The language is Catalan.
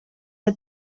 que